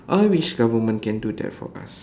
I wish government can do that for us